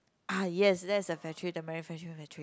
ah yes that's a factory the manufacturing factory